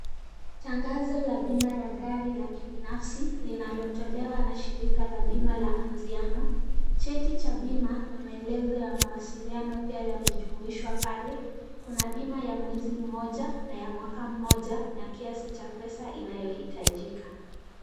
Tangazo la bima ya gari la kibinfasi linalotolewa na shirika la bima la Anziano. Cheti cha bima na maelezo ya mawasiliano pia yamejumuishwa pale. Kuna bima ya mwezi moja na ya mwaka moja na kiasi cha pesa inayohitajika.